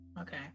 Okay